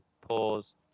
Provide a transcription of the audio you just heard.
pause